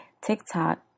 TikTok